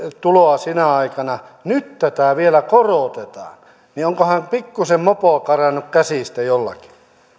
tuloa sinä aikana nyt kun tätä vielä korotetaan niin onkohan pikkusen mopo karannut käsistä jollakin